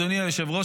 אדוני היושב-ראש,